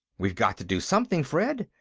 we've got to do something, fred!